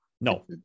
no